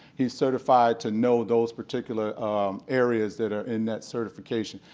he's certified to know those particular areas that are in that certification.